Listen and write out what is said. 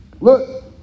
Look